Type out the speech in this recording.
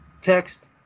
text